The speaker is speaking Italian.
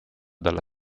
dalla